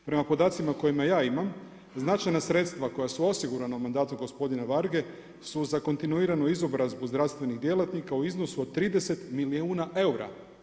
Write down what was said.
Prema podacima koje ja imam značajna sredstva koja su osigurana u mandatu gospodina Varge su za kontinuiranu izobrazbu zdravstvenih djelatnika u iznosu od 30 milijuna eura.